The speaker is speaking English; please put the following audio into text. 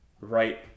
right